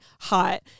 hot